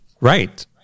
right